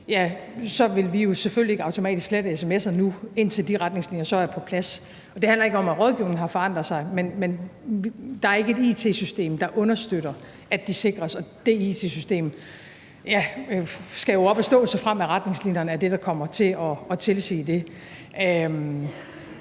lys vil vi jo selvfølgelig ikke automatisk slette sms'er nu, indtil de retningslinjer så er på plads. Det handler ikke om, at rådgivningen har forandret sig, men der er ikke et it-system, der understøtter, at de sikres, og det it-system skal jo op at stå, såfremt det er det, retningslinjerne kommer til at tilsige.